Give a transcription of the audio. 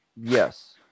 Yes